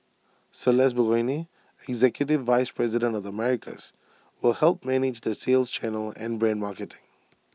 celeste Burgoyne executive vice president of the Americas will help manage the sales channel and brand marketing